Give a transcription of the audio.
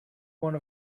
one